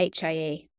hie